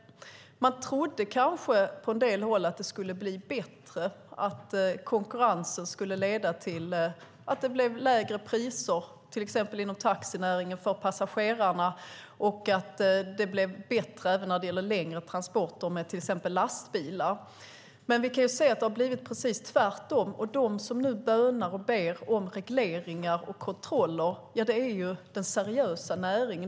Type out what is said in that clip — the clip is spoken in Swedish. Man trodde kanske på en del håll att det skulle bli bättre, att konkurrensen skulle leda till att det blev lägre priser för passagerarna, exempelvis inom taxinäringen, och att det skulle bli bättre även när det gäller längre transporter med till exempel lastbilar. Men vi kan se att det har blivit precis tvärtom. De som nu bönar och ber om regleringar och kontroller är den seriösa näringen.